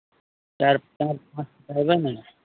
चारि पाँच बजे अयबै ने